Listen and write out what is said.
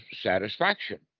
satisfaction